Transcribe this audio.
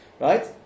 right